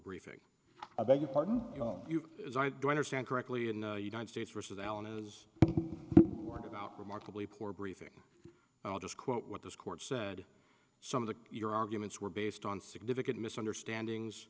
briefing i beg your pardon you know you as i do understand correctly in the united states richard allen is about remarkably poor briefing i'll just quote what this court said some of the your arguments were based on significant misunderstandings